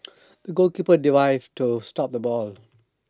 the goalkeeper dived to stop the ball